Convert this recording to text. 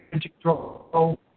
control